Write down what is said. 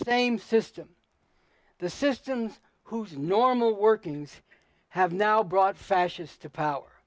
same system the systems whose normal working and have now brought fascists to power